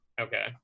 okay